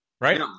Right